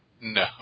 No